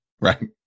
Right